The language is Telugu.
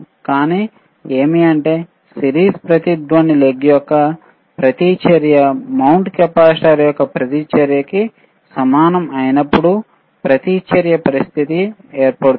కానీ సిరీస్ రెజోనెOట్ లెగ్ యొక్క ప్రతిచర్య మౌంటు కెపాసిటర్ యొక్క ప్రతిచర్య కి సమానం అయినప్పుడు ప్రతిచర్య పరిస్థితి ఏర్పడుతుంది